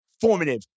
formative